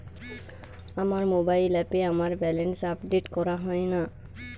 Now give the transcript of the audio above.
আমার মোবাইল অ্যাপে আমার ব্যালেন্স আপডেট করা হয় না